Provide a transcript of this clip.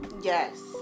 Yes